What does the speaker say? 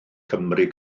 cymry